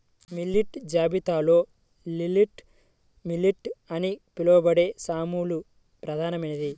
millet జాబితాలో little millet అని పిలవబడే సామలు ప్రధానమైనది